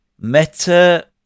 Meta